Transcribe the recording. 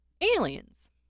aliens